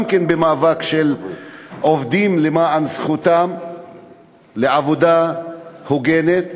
גם כן במאבק של עובדים למען זכותם לעבודה הוגנת,